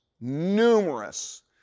numerous